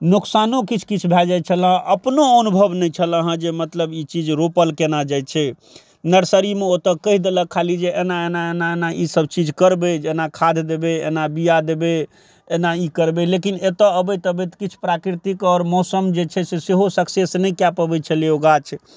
नोकसानो किछु किछु भए जाइ छल अपनो अनुभव नहि छल हँ जे मतलब ई चीज रोपल केना जाइ छै नर्सरीमे ओतऽ कहि देलक खाली जे एना एना एना एना ई सभचीज करबै जे एना खाद देबै एना बीया देबै एना ई करबै लेकिन एतऽ आबैत आबैत किछु प्राकृतिक आओर मौसम जे छै से सेहो सक्सेस नहि कए पबै छलै ओ गाछ